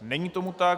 Není tomu tak.